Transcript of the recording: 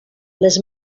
les